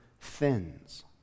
thins